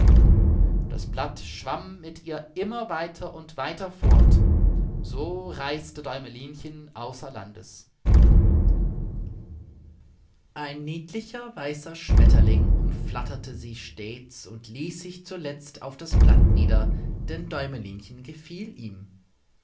das blatt schwamm mit ihr immer weiter und weiter fort so reiste däumelinchen außer landes ein niedlicher weißer schmetterling umflatterte sie stets und ließ sich zuletzt auf das blatt nieder denn däumelinchen gefiel ihm